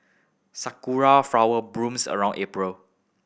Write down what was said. sakura flower blooms around April